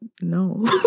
No